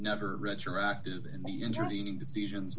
never retroactive and the intervening decisions